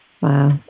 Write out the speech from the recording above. Wow